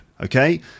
okay